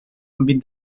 àmbit